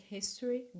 History